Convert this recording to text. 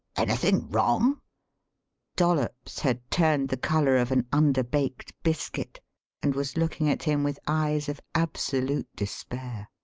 anything wrong? dollops had turned the colour of an under-baked biscuit and was looking at him with eyes of absolute despair.